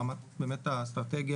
ברמת האסטרטגיה,